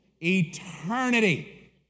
Eternity